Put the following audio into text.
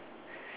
ya